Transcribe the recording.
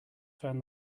fan